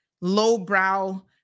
lowbrow